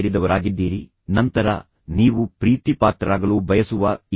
ಅವರು ಭರವಸೆ ನೀಡಿದರು ಆದರೆ ನಂತರ ತಂದೆ ಹೌದು ನೀವು 10 ಪಾಯಿಂಟ್ ಸಿ